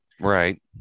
Right